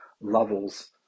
levels